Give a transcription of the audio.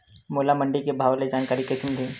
मोला मंडी के भाव के जानकारी कइसे मिलही?